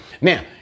Now